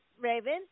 Raven